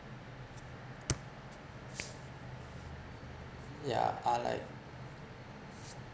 yeah are like